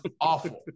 awful